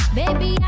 baby